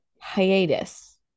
hiatus